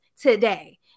today